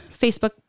Facebook